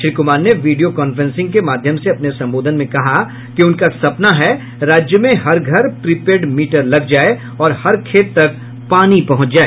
श्री कुमार ने video conferencing के माध्यम से अपने संबोधन में कहा कि उनका सपना है राज्य में हर घर प्रीपेड मीटर लग जाये और हर खेत तक पानी पहुंच जाए